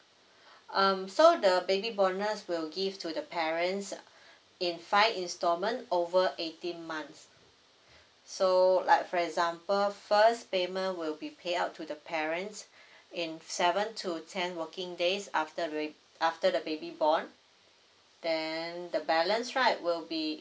um so the baby bonus will give to the parents in five installment over eighteen months so like for example first payment will be pay out to the parents in seven to ten working days after re~ after the baby born then the balance right will be